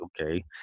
okay